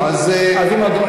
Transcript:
אז אם,